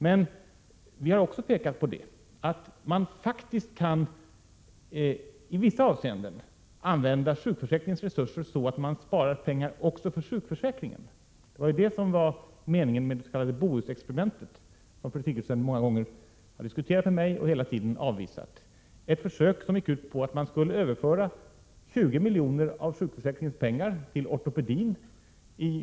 Men vi har också pekat på att man i vissa avseenden faktiskt kan använda sjukförsäkringens resurser så, att man även där sparar pengar. Det var meningen med det s.k. Bohusexperimentet — ett experiment som fru Sigurdsen många gånger diskuterat med mig och som hon hela tiden har avvisat. Försöket innebar att man i Göteborgs och Bohus län skulle överföra 20 milj.kr. av sjukförsäkringens medel till ortopedin.